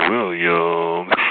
Williams